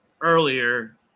earlier